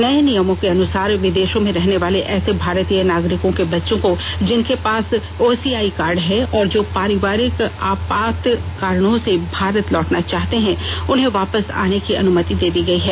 नये नियमों के अनुसार विदेशों में रहने वाले ऐसे भारतीय नागरिकों के बच्चों को जिन के पास ओसीआई कार्ड हैं और जो पारिवारिक आपात कारणों से भारत लौटना चाहते हैं उन्हें वापस आने की अनुमति दे दी गई है